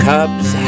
Cubs